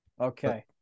Okay